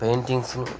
paintings